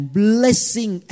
blessing